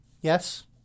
Yes